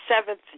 seventh